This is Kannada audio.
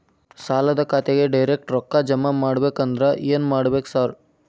ಸಾಲದ ಖಾತೆಗೆ ಡೈರೆಕ್ಟ್ ರೊಕ್ಕಾ ಜಮಾ ಆಗ್ಬೇಕಂದ್ರ ಏನ್ ಮಾಡ್ಬೇಕ್ ಸಾರ್?